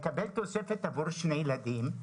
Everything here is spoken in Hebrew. הוא מקבל תוספת עבור שני ילדים,